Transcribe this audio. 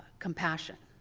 compassion.